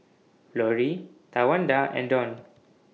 Florie Tawanda and Dawn